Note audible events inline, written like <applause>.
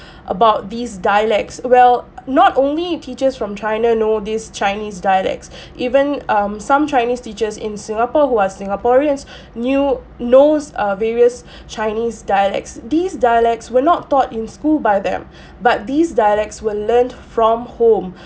<breath> about these dialects well not only teaches from china know these chinese dialects <breath> even um some chinese teachers in singapore who are singaporeans <breath> knew knows err various <breath> chinese dialects these dialects were not taught in school by them <breath> but these dialects were learnt from home